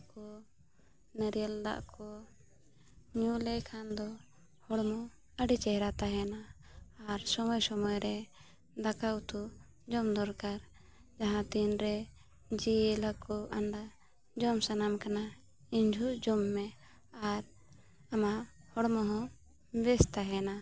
ᱟᱝᱜᱩᱨ ᱱᱟᱨᱤᱭᱟᱞ ᱠᱚ ᱧᱩ ᱞᱮᱠᱷᱟᱱ ᱫᱚ ᱦᱚᱲᱢᱚ ᱟᱹᱰᱤ ᱪᱮᱦᱨᱟ ᱛᱟᱦᱮᱱᱟ ᱟᱨ ᱥᱚᱢᱚᱭ ᱥᱚᱢᱚᱭ ᱨᱮ ᱫᱟᱠᱟ ᱩᱛᱩ ᱡᱚᱢ ᱫᱚᱨᱠᱟᱨ ᱡᱟᱦᱟᱸ ᱛᱤᱱᱨᱮ ᱡᱤᱞ ᱠᱟᱹᱠᱩ ᱟᱱᱰᱟ ᱡᱚᱢ ᱥᱟᱱᱟᱢ ᱠᱟᱱᱟ ᱤᱧ ᱡᱚᱦᱚᱜ ᱡᱚᱢ ᱢᱮ ᱟᱨ ᱟᱢᱟᱜ ᱦᱚᱲᱢᱚ ᱦᱚᱸ ᱵᱮᱥ ᱛᱟᱦᱮᱱᱟ